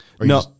No